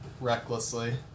recklessly